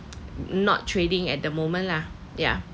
not trading at the moment lah yeah